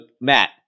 Matt